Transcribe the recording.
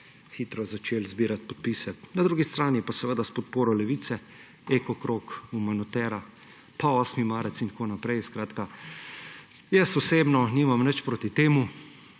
hitro začeli zbirati podpise. Na drugi strani pa seveda s podporo Levice Eko krog, Umanotera, pa Inštitut 8. marec in tako naprej. Skratka, osebno nimam nič proti temu,